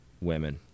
Women